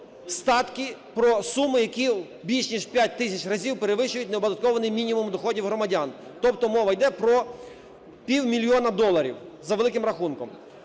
статки, про суми, які більше ніж в 5 тисяч разів перевищують неоподаткований мінімум доходів громадян, тобто мова йде про півмільйона доларів за великим рахунком.